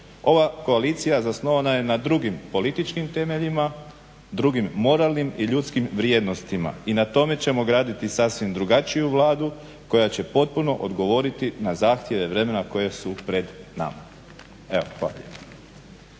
Ova koalicija zasnovana je na drugim političkim temeljima, drugim moralnim i ljudskim vrijednostima i na tome ćemo graditi sasvim drugačiju Vladu koja će potpuno odgovoriti na zahtjeve vremena koje su pred nama. Evo hvala